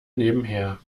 nebenher